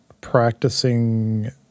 practicing